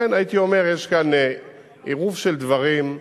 לכן, הייתי אומר, יש כאן עירוב של דברים.